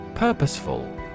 Purposeful